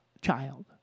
Child